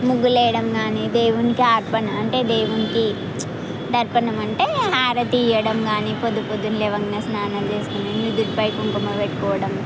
ముగ్గులు వేయడం కానీ దేవునికి అర్పణ అంటే దేవునికి తర్పణం అంటే హారతి ఇవ్వడం కానీ పొద్దు పొద్దున్నే లేవగానే స్నానం చేసుకుని నుదుటిపై కుంకుమ పెట్టుకోవడం